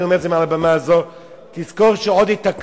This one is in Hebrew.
אני אומר את זה מעל במה זו,